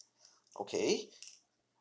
okay